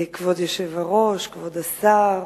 כבוד היושב-ראש, כבוד השר,